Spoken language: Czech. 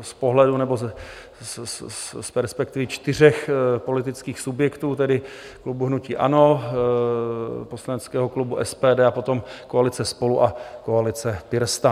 z pohledu nebo z perspektivy čtyřech politických subjektů, tedy klubu hnutí ANO, poslaneckého klubu SPD a potom koalice SPOLU a koalice PirSTAN.